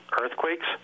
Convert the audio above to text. earthquakes